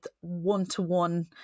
one-to-one